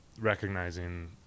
recognizing